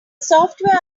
software